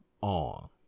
on